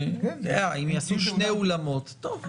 אם יעשו שני אולמות טוב.